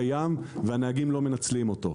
קיים והנהגים לא מנצלים אותו.